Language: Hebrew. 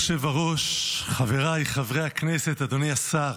אדוני היושב-ראש, חבריי חברי הכנסת, אדוני השר,